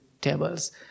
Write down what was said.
tables